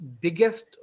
biggest